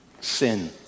Sin